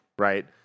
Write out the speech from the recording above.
right